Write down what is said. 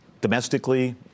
domestically